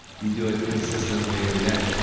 you do it consistently every day.